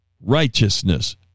righteousness